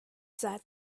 said